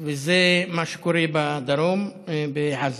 וזה מה שקורה בדרום, בעזה.